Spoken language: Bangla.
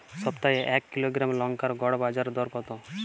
সপ্তাহে এক কিলোগ্রাম লঙ্কার গড় বাজার দর কতো?